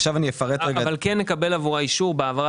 אבל כן נקבל עבורה אישור בהעברה